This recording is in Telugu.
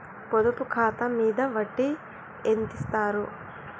పొదుపు ఖాతా మీద వడ్డీ ఎంతిస్తరు?